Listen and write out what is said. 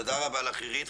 תודה רבה לך, עירית.